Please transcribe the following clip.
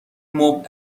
مبل